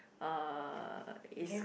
uh is